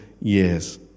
years